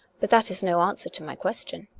but that is no answer to my question.